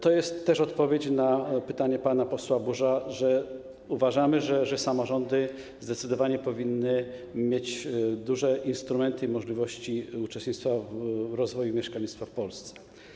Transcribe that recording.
To jest też odpowiedź na pytanie pana posła Buża - uważamy, że samorządy zdecydowanie powinny mieć duże instrumenty i możliwości uczestnictwa w rozwoju mieszkalnictwa w Polsce.